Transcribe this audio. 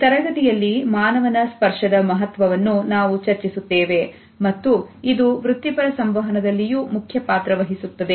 ಈ ತರಗತಿಯಲ್ಲಿ ಮಾನವನ ಸ್ಪರ್ಶದ ಮಹತ್ವವನ್ನು ನಾವು ಚರ್ಚಿಸುತ್ತೇವೆ ಮತ್ತು ಇದು ವೃತ್ತಿಪರ ಸಂವಹನದಲ್ಲಿ ಯು ಮುಖ್ಯಪಾತ್ರವಹಿಸುತ್ತದೆ